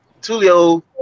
Tulio